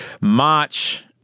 March